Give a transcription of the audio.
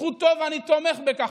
זכותו ואני תומך בכך,